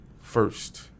first